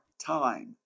time